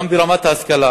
גם ברמת ההשכלה